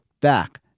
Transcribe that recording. back